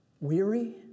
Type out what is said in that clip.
weary